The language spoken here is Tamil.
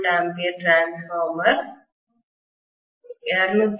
2 KVA டிரான்ஸ்பார்மர் 220110 V